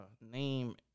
name